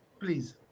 Please